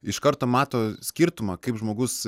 iš karto mato skirtumą kaip žmogus